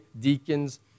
deacons